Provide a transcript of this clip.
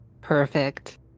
Perfect